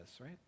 right